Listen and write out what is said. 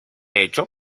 hecho